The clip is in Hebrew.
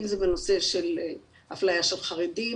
אם זה בנושא של אפליה של חרדים